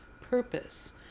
purpose